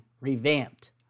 revamped